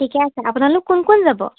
ঠিকে আছে আপোনালোক কোন কোন যাব